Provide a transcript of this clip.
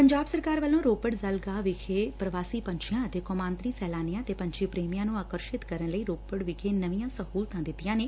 ਪੰਜਾਬ ਸਰਕਾਰ ਵੱਲੋ' ਰੋਪੜ ਜਲਗਾਹ ਵਿਖੇ ਪੁਵਾਸੀ ਪੰਛੀਆਂ ਅਤੇ ਕੌਮਾਂਤਰੀ ਸੈਲਾਨੀਆਂ ਤੇ ਪੰਛੀ ਪ੍ਰੇਮੀਆਂ ਨੰ ਅਕਰਸ਼ਿਤ ਕਰਨ ਲਈ ਨਵੀਆਂ ਸਹੁਲਤਾਂ ਦਿੱਤੀਆਂ ਨੇ